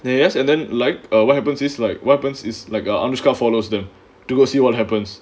then you ask and then like uh what happens is like weapons is like uh anushka follows them to go see what happens